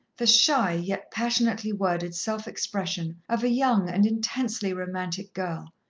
the shy, yet passionately-worded self-expression of a young and intensely romantic girl,